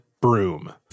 broom